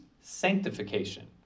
sanctification